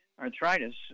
Arthritis